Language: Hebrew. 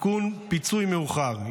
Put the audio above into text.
תיקון פיצוי מאוחר,